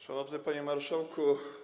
Szanowny Panie Marszałku!